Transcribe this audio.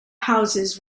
houses